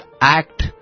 act